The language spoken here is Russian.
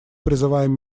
призываем